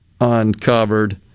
uncovered